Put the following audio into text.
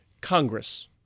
Congress